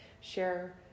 share